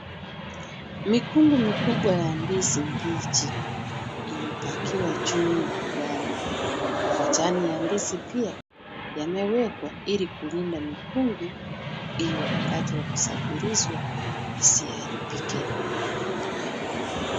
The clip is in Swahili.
Mikungu mikubwa ya ndizi mbichi imepakiwa juu ya gari. Majani ya ndizi pia yamewekwa ili kulinda mikungu hiyo wakati wa kusafirishwa isiharibike kamwe.